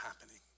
happening